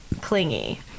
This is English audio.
clingy